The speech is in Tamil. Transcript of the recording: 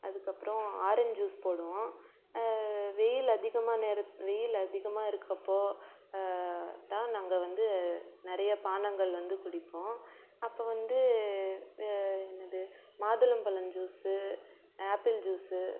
அதுக்கு அப்பறம் ஆரஞ்ச் ஜூஸ் போடுவோம் வெயில் அதிகமாக நேர வெயில் அதிகமாக இருக்கற அப்போது தான் நாங்கள் வந்து நிறைய பானங்கள் வந்து குடிப்போம் அப்போ வந்து என்னது மாதுளம் பழம் ஜூஸு ஆப்பிள் ஜூஸு